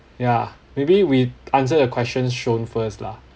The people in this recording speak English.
yeah maybe we answer the questions shown first lah